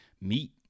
meet